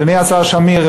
אדוני השר שמיר,